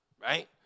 right